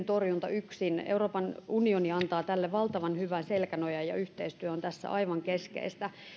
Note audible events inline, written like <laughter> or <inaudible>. <unintelligible> torjunta yksin euroopan unioni antaa tälle valtavan hyvän selkänojan ja yhteistyö on tässä aivan keskeistä kun